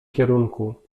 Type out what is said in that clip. kierunku